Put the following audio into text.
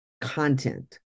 content